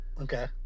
Okay